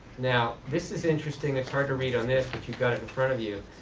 now this is interesting. it's hard to read on this which you've got in front of you.